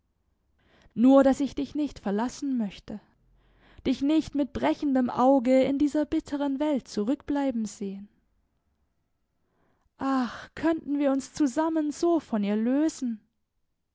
nur daß ich dich nicht verlassen möchte dich nicht mit brechendem auge in dieser bitteren welt zurückbleiben sehen ach könnten wir uns zusammen so von ihr lösen